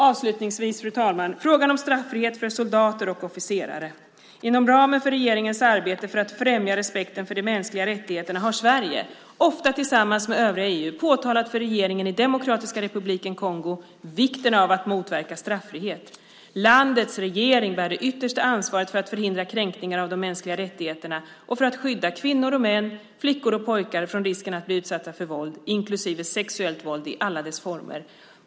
Avslutningsvis, fru talman, frågan om straffrihet för soldater och officerare. Inom ramen för regeringens arbete för att främja respekten för de mänskliga rättigheterna har Sverige, ofta tillsammans med övriga EU, påtalas för regeringen i Demokratiska republiken Kongo vikten av att motverka straffrihet. Landets regering bär det yttersta ansvaret för att förhindra kränkningar av de mänskliga rättigheterna och för att skydda kvinnor och män, flickor och pojkar från risken att bli utsatta för våld, inklusive sexuellt våld i alla dess former.